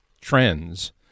trends